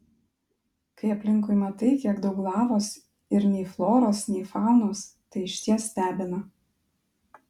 kai aplinkui matai kiek daug lavos ir nei floros nei faunos tai išties stebina